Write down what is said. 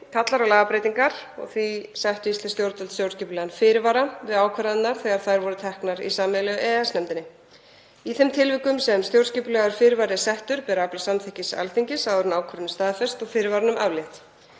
kallar á lagabreytingar og því settu íslensk stjórnvöld stjórnskipulegan fyrirvara við ákvarðanirnar þegar þær voru teknar í sameiginlegu EES-nefndinni. Í þeim tilvikum sem stjórnskipulegur fyrirvari er settur ber að afla samþykkis Alþingis áður en ákvörðun er staðfest og fyrirvaranum aflétt.